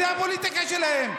זו הפוליטיקה שלהם.